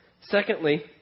Secondly